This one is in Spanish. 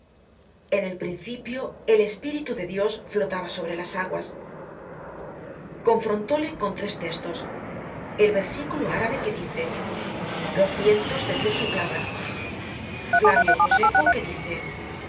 en el principio el espíritu de dios flotaba sobre las aguas confrontóle con tres testos el versículo árabe que dice los vientos de dios soplaban flavio josefo que dice